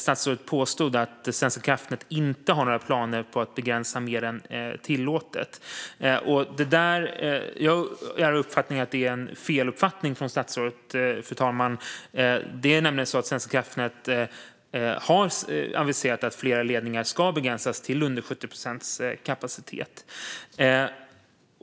Han påstod att Svenska kraftnät inte har några planer på att begränsa mer än tillåtet. Enligt mig är det en missuppfattning hos statsrådet, fru talman. Svenska kraftnät har nämligen aviserat att flera ledningar ska begränsas till under 70 procents kapacitet.